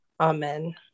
Amen